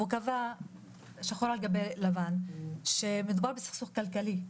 והוא קבע שחור על גבי לבן שמדובר בסכסוך כלכלי.